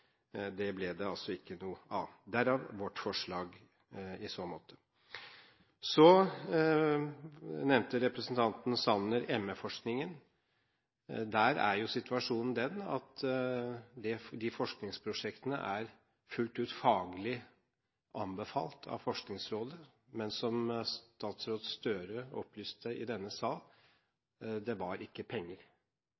arbeid, ble det altså ikke noe av – derav vårt forslag i så måte. Så nevnte representanten Sanner ME-forskningen. Der er situasjonen den at forskningsprosjektene er fullt ut faglig anbefalt av Forskningsrådet, men som statsråd Støre opplyste i denne